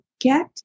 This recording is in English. get